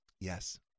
Yes